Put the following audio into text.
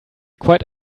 quite